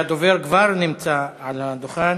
הדובר כבר נמצא על הדוכן,